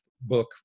book